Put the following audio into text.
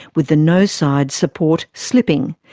with the no side's support slipping,